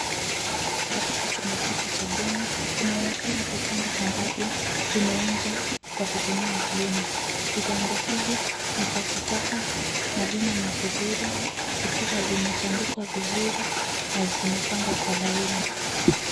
Katika chumba hiki cha bweni kunaonekana vitanda ambavyo vimeundwa kwa kutumia vyuma. Vitanda hivi ni vya sitaha, na vina magodoro, vikiwa vimetandikwa vizuri na vimepangwa kwa laini.